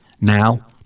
Now